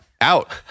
Out